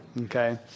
Okay